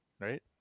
right